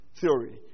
theory